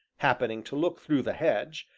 happening to look through the hedge,